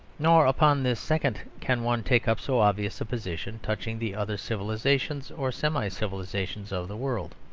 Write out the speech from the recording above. nor upon this second can one take up so obvious a position touching the other civilisations or semi-civilisations of the world.